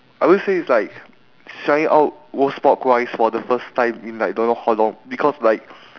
I would say is like trying out roast pork rice for the first time in like don't know how long because like